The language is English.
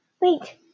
Wait